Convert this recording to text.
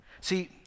See